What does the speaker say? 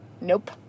nope